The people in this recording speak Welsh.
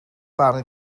barn